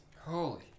Holy